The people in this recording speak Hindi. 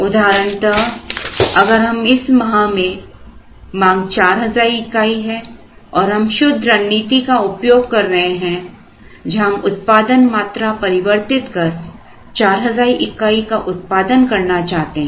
उदाहरणतः अगर हम इस माह में मांग 4000 इकाई है और हम शुद्ध रणनीति का प्रयोग कर रहे हैं जहां हम उत्पादन मात्रा परिवर्तित कर 4000 इकाई का उत्पादन करना चाहते हैं